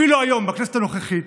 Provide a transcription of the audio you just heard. אפילו היום, בכנסת הנוכחית,